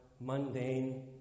mundane